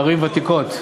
ערים ותיקות.